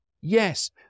Yes